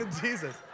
Jesus